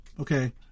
Okay